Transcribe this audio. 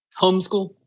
homeschool